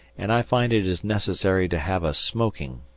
and i find it is necessary to have a smoking.